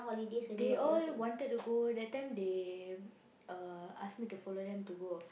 they all wanted to go that time they uh ask me to follow them to go